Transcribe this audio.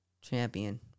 champion